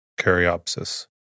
caryopsis